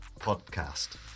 Podcast